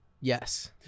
Yes